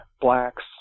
blacks